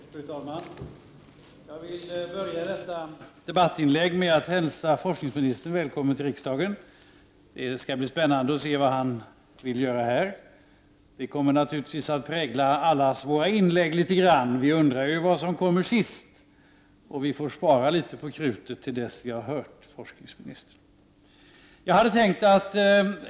Fru talman! Jag vill börja detta debattinlägg med att hälsa forskningsministern välkommen till riksdagen. Det skall bli spännande att höra vad han kommer att säga och vad han vill göra. Detta kommer naturligtvis att prägla allas våra inlägg litet grand. Vi undrar ju vad som kommer att sägas sist, och vi får spara på krutet till dess att vi har hört forskningsministern tala.